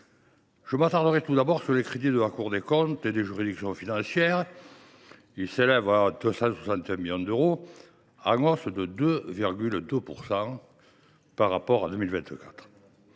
Je m’attarderai tout d’abord sur les crédits de la Cour des comptes et des juridictions financières, qui s’élèvent à près de 261 millions d’euros, en hausse de 2,2 % par rapport à 2024.